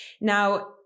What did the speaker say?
now